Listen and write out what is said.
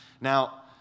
Now